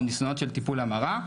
או ניסיונות של טיפול המרה,